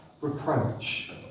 reproach